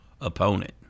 opponent